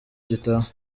gitaha